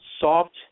soft